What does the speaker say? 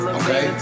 okay